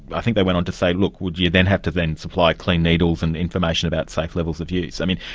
i think they went on to say, look, would you then have to then supply clean needles and information about safe levels of use? i mean,